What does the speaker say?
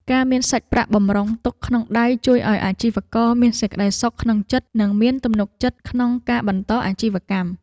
ការមានសាច់ប្រាក់បម្រុងទុកក្នុងដៃជួយឱ្យអាជីវករមានសេចក្តីសុខក្នុងចិត្តនិងមានទំនុកចិត្តក្នុងការបន្តអាជីវកម្ម។